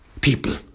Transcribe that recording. people